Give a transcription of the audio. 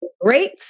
great